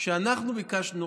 כשאנחנו ביקשנו,